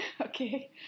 okay